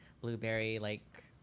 blueberry-like